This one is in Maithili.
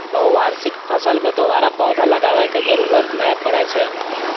बहुवार्षिक फसल मे दोबारा पौधा लगाबै के जरूरत नै पड़ै छै